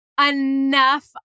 Enough